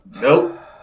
Nope